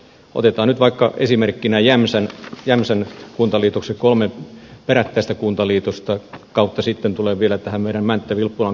otetaan nyt vaikka esimerkkinä jämsän kuntaliitoksen kolme perättäistä kuntaliitosta ja sitten tulen vielä tähän meidän mänttä vilppulan kaupunginliitoksiin